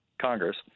Congress